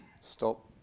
stop